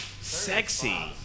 Sexy